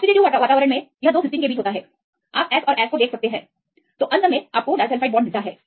oxidative वातावरण में यह दो सिस्टीन के बीच होता है आप S और S देख सकते हैं तो अंत में यह डाइसल्फ़ाइड बांड प्राप्त करता है